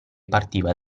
partiva